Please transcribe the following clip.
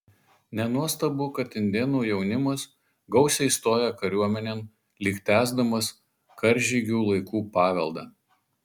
nenuostabu kad indėnų jaunimas gausiai stoja kariuomenėn lyg tęsdamas karžygių laikų paveldą